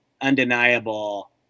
undeniable